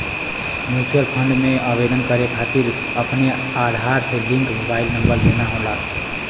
mutual fund में आवेदन करे खातिर अपने आधार से लिंक मोबाइल नंबर देना होला